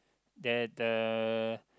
that uh